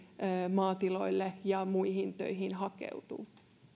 maatiloille ja muihin töihin hakeutuvat